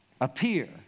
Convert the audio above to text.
appear